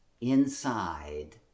inside